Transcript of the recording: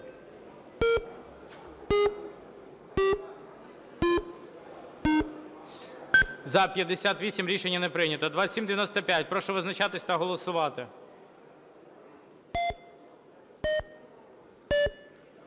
За-63 Рішення не прийнято. 2890. Прошу визначатися та голосувати.